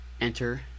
Enter